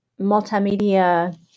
multimedia